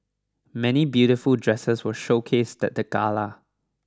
many beautiful dresses were showcased at the gala